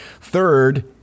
Third